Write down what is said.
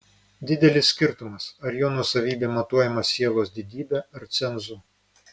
didelis skirtumas ar jo nuosavybė matuojama sielos didybe ar cenzu